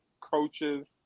coaches